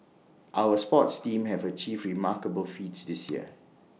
our sports teams have achieved remarkable feats this year